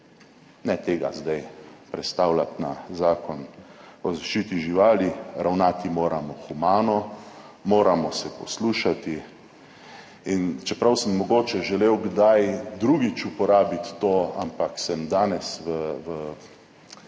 Ne tega zdaj prestavljati na Zakon o zaščiti živali. Ravnati moramo humano, moramo se poslušati in čeprav sem mogoče želel kdaj drugič uporabiti to, ampak sem danes v